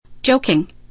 Joking